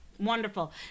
wonderful